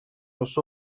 los